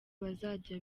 bazajya